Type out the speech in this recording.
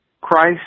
Christ